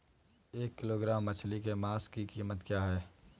एक किलोग्राम मछली के मांस की कीमत क्या है?